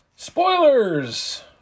Spoilers